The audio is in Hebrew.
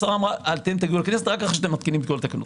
השרה אמרה: אתם מגיעים לכנסת רק אחרי שמתקינים את כל התקנות.